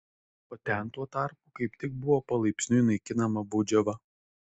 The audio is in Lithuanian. o ten tuo tarpu kaip tik buvo palaipsniui naikinama baudžiava